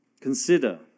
Consider